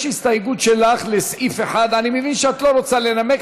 יש הסתייגות שלך לסעיף 1. אני מבין שאת לא רוצה לנמק.